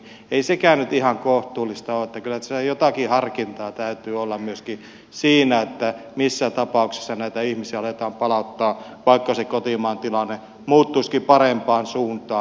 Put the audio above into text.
ei sekään nyt ihan kohtuullista ole eli kyllä siinä jotakin harkintaa täytyy olla myöskin siinä missä tapauksessa näitä ihmisiä aletaan palauttamaan vaikka se kotimaan tilanne muuttuisikin parempaan suuntaan